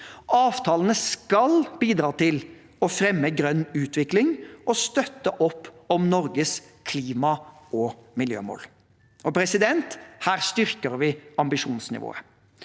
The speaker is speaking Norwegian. Avtalene skal bidra til å fremme grønn utvikling og støtte opp om Norges klima- og miljømål. Her styrker vi ambisjonsnivået.